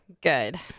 Good